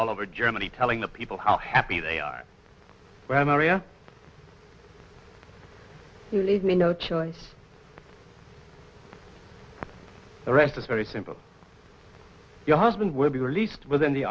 all over germany telling the people how happy they were maria leave me no choice rest is very simple your husband will be released within the